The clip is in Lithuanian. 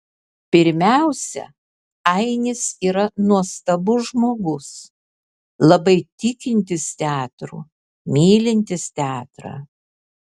pirmiausia ainis yra nuostabus žmogus labai tikintis teatru mylintis teatrą